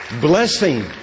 blessing